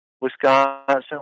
Wisconsin